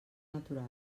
natural